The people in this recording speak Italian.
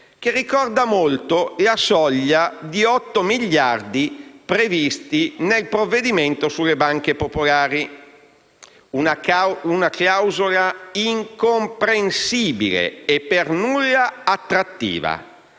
che ricorda molto la soglia di 8 miliardi prevista nel provvedimento sulle banche popolari. È una clausola incomprensibile e per nulla attrattiva,